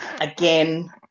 again